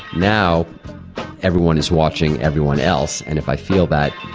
now everyone is watching everyone else, and if i feel that